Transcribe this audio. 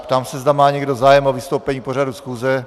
Ptám se, zda má někdo zájem o vystoupení k pořadu schůze.